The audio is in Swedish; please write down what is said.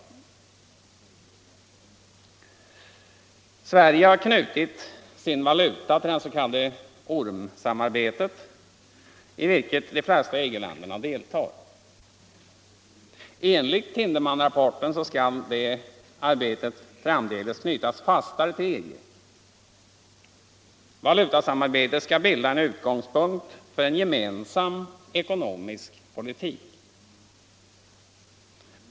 Sverige har knutit sin valuta till det s.k. ormensamarbetet, i vilket de flesta EG-länderna deltar. Enligt Tindemansrapporten skall detta arbete framdeles knytas fastare till EG. Valutasamarbetet skall bilda utgångspunkt för en gemensam ekonomisk politik.